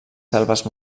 selves